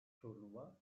turnuva